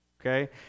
Okay